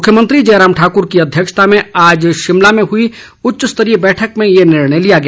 मुख्यमंत्री जयराम ठाकर की अध्यक्षता में आज शिमला में हई उच्च स्तरीय बैठक में ये निर्णय लिया गया